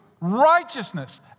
righteousness